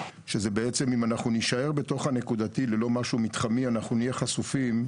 שבעצם אם אנחנו נישאר בתוך הנקודתי ללא משהו מתחמי אנחנו נהיה חשופים,